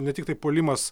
ne tiktai puolimas